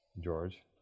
George